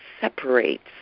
separates